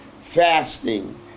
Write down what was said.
fasting